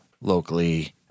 locally